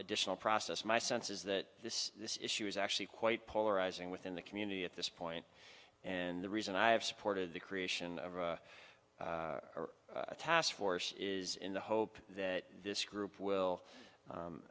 additional process my sense is that this this issue is actually quite polarizing within the community at this point and the reason i have supported the creation of a task force is in the hope that this group will